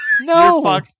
No